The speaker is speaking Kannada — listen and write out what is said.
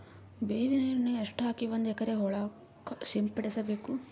ಬೇವಿನ ಎಣ್ಣೆ ಎಷ್ಟು ಹಾಕಿ ಒಂದ ಎಕರೆಗೆ ಹೊಳಕ್ಕ ಸಿಂಪಡಸಬೇಕು?